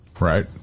Right